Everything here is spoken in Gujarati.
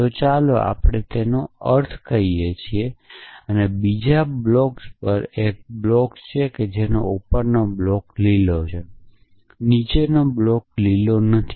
તો ચાલો આપણે તેનો અર્થ કહીએ છીએ કે બીજા બ્લોક પર એક બ્લોક છે અને ઉપરનો બ્લોક લીલો છે અને નીચેનો બ્લોક લીલો નથી